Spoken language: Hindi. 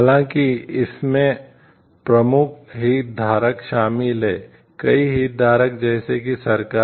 हालांकि इसमें प्रमुख हितधारक शामिल हैं कई हितधारक जैसे कि सरकार